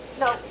no